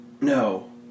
no